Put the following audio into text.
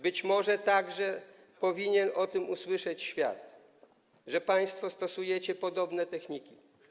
Być może także powinien o tym usłyszeć świat - że państwo stosujecie podobne techniki.